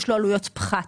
יש לו עלויות פחת.